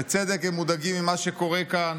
בצדק הם מודאגים ממה שקורה כאן.